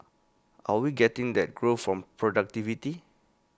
are we getting that growth from productivity